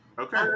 Okay